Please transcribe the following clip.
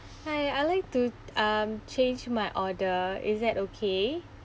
hi I'd like to um change my order is that okay